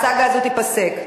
הסאגה הזאת תיפסק.